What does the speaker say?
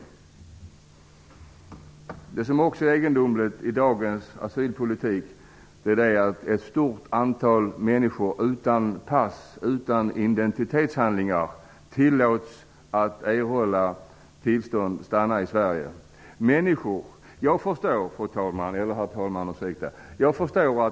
Något som också är egendomligt i dagens asylpolitik är att ett stort antal människor utan pass eller andra identitetshandlingar erhåller tillstånd att stanna i Sverige. Herr talman!